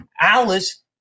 alice